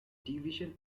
division